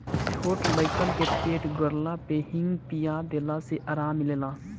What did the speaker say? छोट लइकन के पेट गड़ला पे हिंग पिया देला से आराम मिलेला